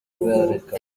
ubuhuha